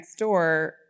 Nextdoor